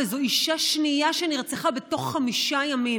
וזו אישה שנייה שנרצחה בתוך חמישה ימים.